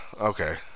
Okay